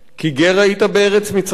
כי גר היית בארץ מצרים.